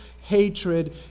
hatred